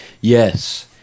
Yes